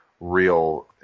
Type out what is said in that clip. real